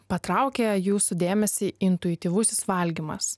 patraukė jūsų dėmesį intuityvusis valgymas